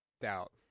Doubt